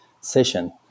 session